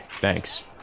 thanks